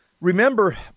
Remember